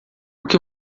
que